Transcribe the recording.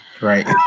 Right